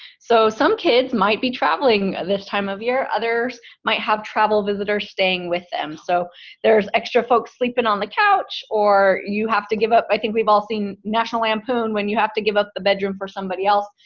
so, some kids might be traveling this time of year, others might have travel visitors staying with them, so there's extra folks sleeping on the couch, or you have to give up, i think we've all seen national lampoon, when you have to give up the bedroom for somebody else.